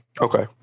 Okay